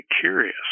curious